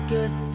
Good